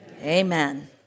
Amen